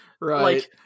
Right